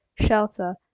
shelter